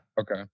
Okay